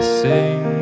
sing